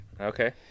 Okay